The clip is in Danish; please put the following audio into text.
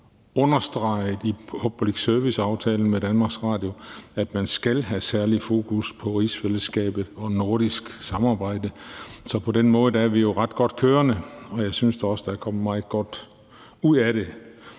understreget i public service-aftalen med Danmarks Radio, at man skal have særligt fokus på rigsfællesskabet og nordisk samarbejde. Så på den måde er vi jo ret godt kørende, og jeg synes da også, at der er kommet meget godt ud af det.